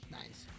nice